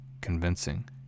convincing